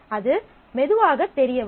அது மெதுவாகத் தெரிய வரும்